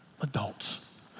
adults